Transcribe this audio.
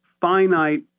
finite